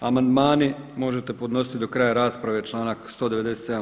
Amandmane možete podnositi do kraja rasprave, članak 197.